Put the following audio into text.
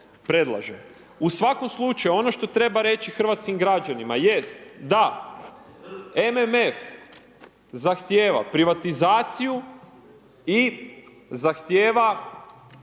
U svakom slučaju ono što treba reći hrvatskim građanima jest da MMF zahtjeva privatizaciju i zahtjeva